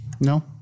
No